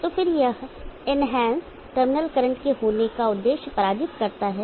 तो फिर यह इनहैंसड टर्मिनल करंट के होने का उद्देश्य पराजित करता है